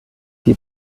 die